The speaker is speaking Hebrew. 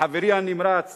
לחברי הנמרץ